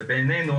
ובינינו,